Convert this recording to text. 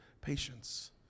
patience